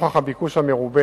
לנוכח הביקוש המרובה